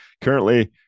currently